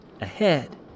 ahead